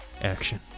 action